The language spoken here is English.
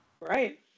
right